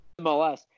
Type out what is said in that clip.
MLS